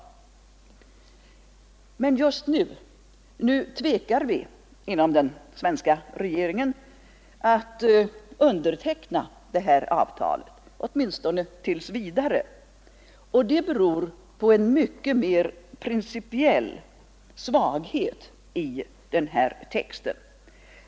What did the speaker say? Att vi nu — åtminstone tills vidare — tvekar inom den svenska regeringen att underteckna detta avtal beror dessutom på en mycket mer principiell svaghet i konventionstexten.